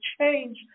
change